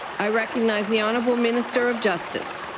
i recognize the honourable minister of justice.